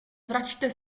vraťte